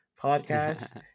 podcast